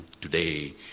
today